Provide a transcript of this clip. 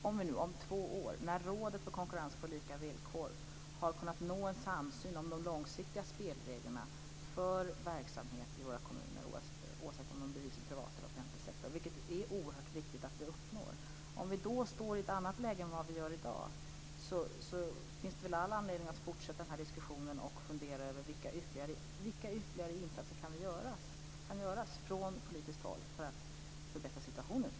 Om vi om två år när Rådet för konkurrens på lika villkor har kunnat nå en samsyn om de långsiktiga spelreglerna för verksamheter i våra kommuner oavsett om de bedrivs i privat eller offentlig regi - det är oerhört viktigt att vi når en samsyn - står i ett annat läge än i dag finns det all anledning att fortsätta den här diskussionen och fundera över vilka ytterligare insatser kan göras från politiskt håll för att förbättra situationen.